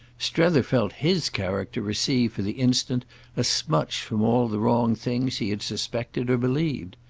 strether felt his character receive for the instant a smutch from all the wrong things he had suspected or believed.